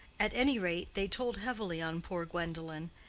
at any rate they told heavily on poor gwendolen,